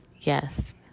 Yes